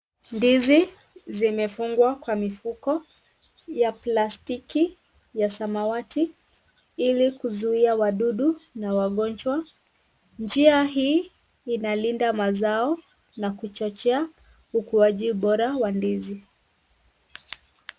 Ndizi zimefungwa kwa mifuko ya plastiki ya samawati ili kuzuia wadudu na wagonjwa, njia hii inalinda mazao na kuchochea ukuaji bora wa ndizi.